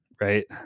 Right